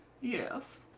Yes